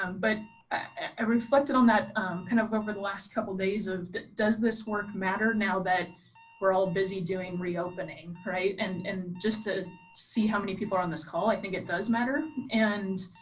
um but i reflected on that kind of over the last couple days of. does this work matter now that we're all busy doing reopening right? and and just to see how many people are on this call. i think it does matter. and